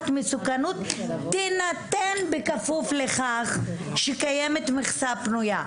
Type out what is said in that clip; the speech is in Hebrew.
מסוכנות תינתן בכפוף לכך שקיימת מכסה פנויה,